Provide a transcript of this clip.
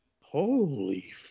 Holy